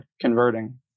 converting